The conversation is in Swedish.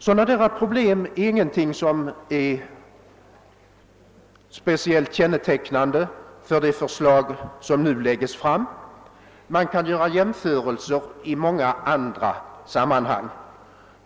Sådana problem är ingenting som speciellt kännetecknar det förslag som nu framläggs, utan det återfinns i många andra sammanhang.